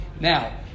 Now